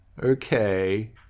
okay